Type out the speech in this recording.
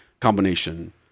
combination